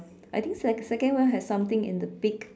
I think sec~ second one has something in the beak